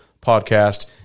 Podcast